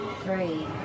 three